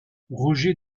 roger